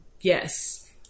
Yes